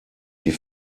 die